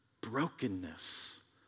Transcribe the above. brokenness